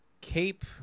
Cape